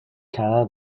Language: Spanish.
cada